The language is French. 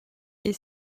est